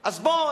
אז בוא,